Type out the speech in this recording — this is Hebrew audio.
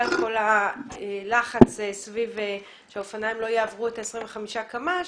כל הלחץ שאופניים לא יעברו את ה-25 קמ"ש.